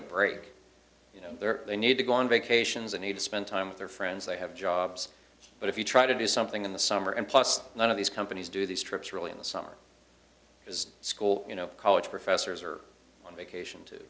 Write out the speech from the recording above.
a break you know they need to go on vacations and need to spend time with their friends they have jobs but if you try to do something in the summer and plus one of these companies do these trips really in the summer because school you know college professors are on vacation to